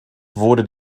wurde